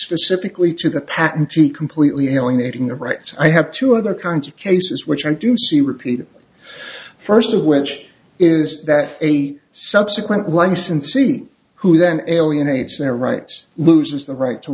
specifically to the patentee completely eliminating the rights i have two other kinds of cases which i do see repeated first which is that a subsequent licensee who then alienates their rights loses the right to